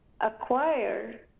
acquire